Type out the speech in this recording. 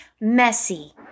messy